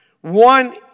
One